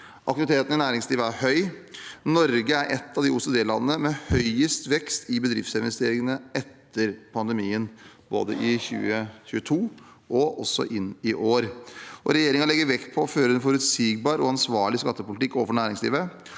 Aktiviteten i næringslivet er høy. Norge er et av de OECD-landene med høyest vekst i bedriftsinvesteringene etter pandemien, både i 2022 og også i år. Regjeringen legger vekt på å føre en forutsigbar og ansvarlig skattepolitikk overfor næringslivet,